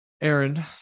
Aaron